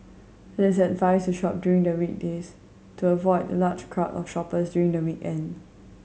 it is advised to shop during the weekdays to avoid the large crowd of shoppers during the weekend